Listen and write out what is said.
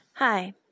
Hi